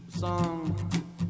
song